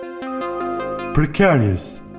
Precarious